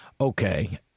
okay